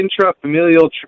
Intrafamilial